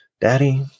Daddy